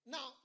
Now